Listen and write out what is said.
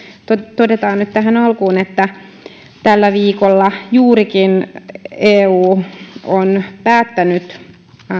todetaan nyt tähän alkuun että tällä viikolla juurikin eu on päättänyt